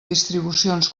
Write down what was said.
distribucions